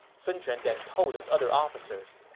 sun quan then told his other officers,